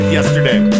yesterday